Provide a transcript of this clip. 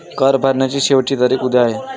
कर भरण्याची शेवटची तारीख उद्या आहे